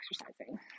exercising